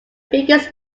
biggest